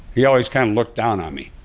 he always kind of looked down on me,